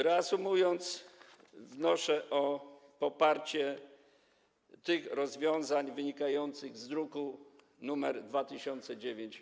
Reasumując, wnoszę o poparcie rozwiązań wynikających z druku nr 2009.